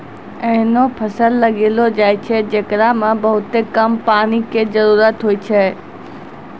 ऐहनो फसल लगैलो जाय छै, जेकरा मॅ बहुत कम पानी के जरूरत होय छै